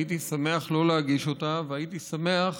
הייתי שמח שלא להגיש אותה והייתי שמח